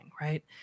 right